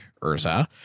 Urza